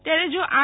ત્યારે જો આર